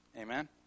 Amen